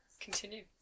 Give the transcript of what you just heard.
continue